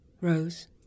Rose